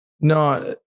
No